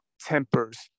Tempers